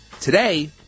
today